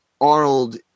Arnold